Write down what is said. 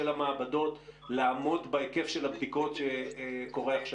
המעבדות לעמוד בהיקף של הבדיקות שקורה עכשיו?